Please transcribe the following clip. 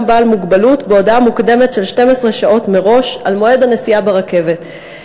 בעל מוגבלות בהודעה מוקדמת של 12 שעות מראש על מועד הנסיעה ברכבת.